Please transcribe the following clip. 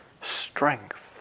strength